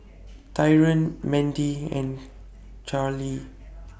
Taryn Mendy and Charly